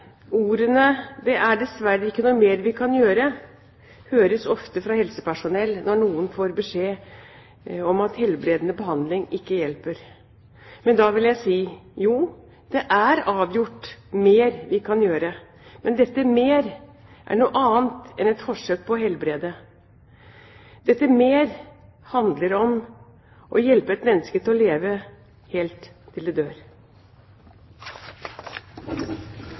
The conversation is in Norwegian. Ordene «det er dessverre ikke noe mer vi kan gjøre» høres ofte fra helsepersonell når noen får beskjed om at helbredende behandling ikke hjelper. Da vil jeg si: Jo, det er avgjort «mer» vi kan gjøre, men dette «mer» er noe annet enn et forsøk på å helbrede. Dette «mer» handler om å hjelpe et menneske til å leve helt til det dør.